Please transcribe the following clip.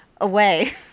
away